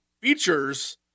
features